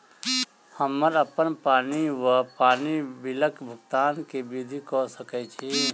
हम्मर अप्पन पानि वा पानि बिलक भुगतान केँ विधि कऽ सकय छी?